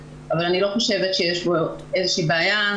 אבל אני לא חושבת שיש פה איזה שהיא בעיה,